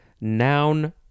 noun